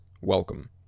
Welcome